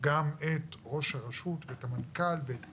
גם את ראש הרשות ואת המנכ"לים ואת פעולותיו,